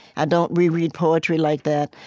i don't reread poetry like that.